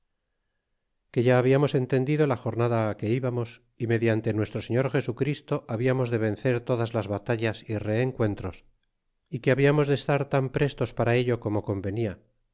que ya hablamos entendido la jornada que íbamos y mediante nuestro señor jesu christo hablamos de vencer todas las batallas y reencuentros y que hablamos de estar tan prestos para ello como convenia